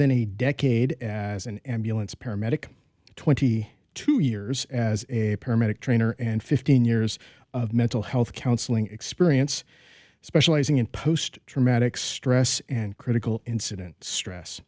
than a decade as an ambulance paramedic twenty two years as a paramedic trainer and fifteen years of mental health counseling experience specializing in post traumatic stress and critical incident stress